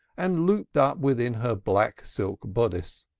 and looped up within her black silk bodice.